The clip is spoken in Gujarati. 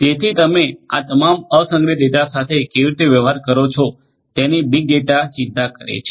જેથી તમે આ તમામ અસંગઠિત ડેટા સાથે કેવી રીતે વ્યવહાર કરો છો તેની બીગ ડેટા ચિંતા કરે છે